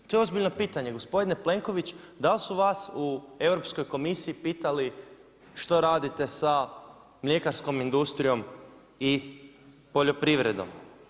To je ozbiljno pitanje, gospodine Plenković, dal su vas u Europskoj komisiji pitali, što radite sa mljekarskoj industrijom i poljoprivredom.